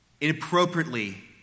inappropriately